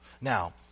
Now